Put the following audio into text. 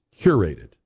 curated